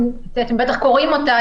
ואתם בטח קוראים אותה,